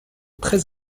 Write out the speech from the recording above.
très